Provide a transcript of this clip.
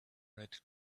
red